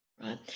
right